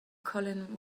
colin